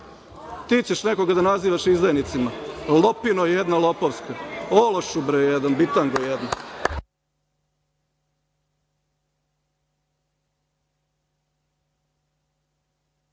ćeš nekoga da nazivaš izdajnicima, lopino jedna lopovska? Ološu, bre, jedan! Bitango jedna!